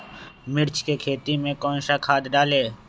मिर्च की खेती में कौन सा खाद डालें?